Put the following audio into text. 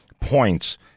points